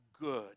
good